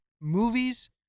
movies